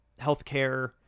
healthcare